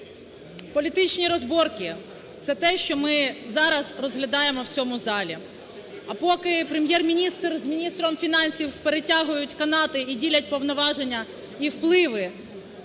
Політичні розборки – це те, що ми зараз розглядаємо в цьому залі. А поки Прем'єр-міністр з міністром фінансів "перетягують канати" і ділять повноваження і впливи